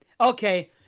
Okay